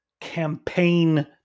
campaign